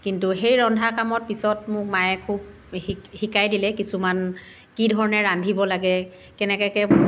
কিন্তু সেই ৰন্ধা কামত পিছত মোক মায়ে খুব শি শিকাই দিলে কিছুমান কি ধৰণে ৰান্ধিব লাগে কেনেকুৱাকৈ